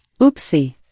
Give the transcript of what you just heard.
Oopsie